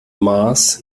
mars